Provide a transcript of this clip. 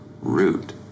Root